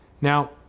Now